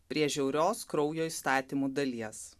prie žiaurios kraujo įstatymų dalies